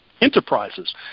enterprises